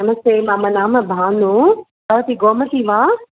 नमस्ते मम नाम भानु भवती गोमती वा